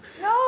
No